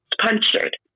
punctured